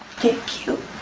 get cute.